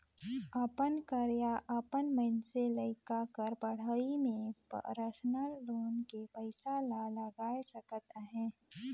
अपन कर या अपन मइनसे लइका कर पढ़ई में परसनल लोन के पइसा ला लगाए सकत अहे